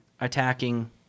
attacking